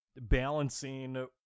balancing